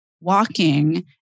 walking